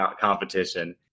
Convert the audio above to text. competition